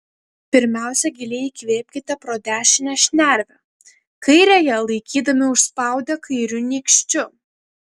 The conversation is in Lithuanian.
pirmiausia giliai įkvėpkite pro dešinę šnervę kairiąją laikydami užspaudę kairiu nykščiu